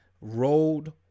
Road